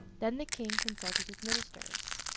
then the king consulted his ministers.